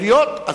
יכול להיות.